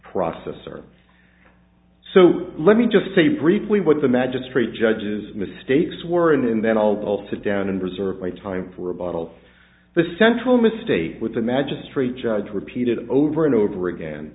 processor so let me just say briefly what the magistrate judge's mistakes were in and then i'll sit down and reserve my time for a bottle the central mistake with the magistrate judge repeated over and over again